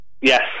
Yes